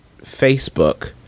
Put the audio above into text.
facebook